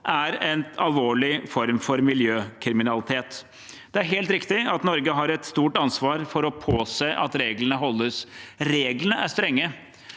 er en alvorlig form for miljøkriminalitet. Det er helt riktig at Norge har et stort ansvar for å påse at reglene overholdes. Reglene er strenge,